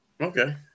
Okay